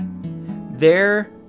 There